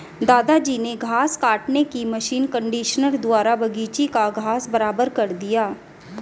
दादाजी ने घास काटने की मशीन कंडीशनर द्वारा बगीची का घास बराबर कर दिया